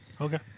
Okay